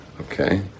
Okay